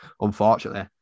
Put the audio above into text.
unfortunately